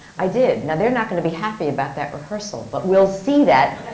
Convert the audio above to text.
i did! now, they're not going to be happy about that rehearsal, but we'll see that.